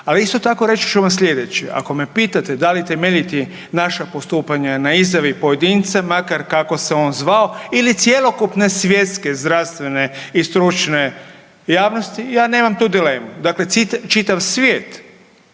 Ali isto tako, reći ću vam sljedeće, ako me pitati da li temeljiti naša postupanja na izjavi pojedinca, makar kako se on zvao ili cjelokupne svjetske zdravstvene i stručne javnosti, ja nemam tu dilemu. Dakle čitav svijet